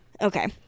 okay